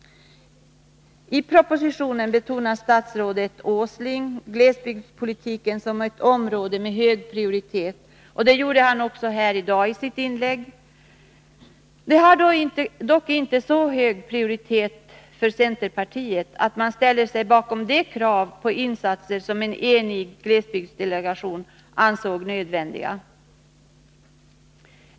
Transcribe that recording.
I propositionen betonar statsrådet Åsling att glesbygdspolitiken är ett område med hög prioritet. Det gjorde han också här i dag i sitt inlägg. Det har dock inte så hög prioritet att centerpartiet ställer sig bakom de krav på insatser som en enig glesbygdsdelegation ansåg nödvändiga.